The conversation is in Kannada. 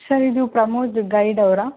ಸರ್ ಇದು ಪ್ರಮೋದ್ ಗೈಡ್ ಅವ್ರಾ